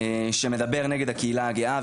שמדבר נגד הקהילה הגאה,